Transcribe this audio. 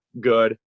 good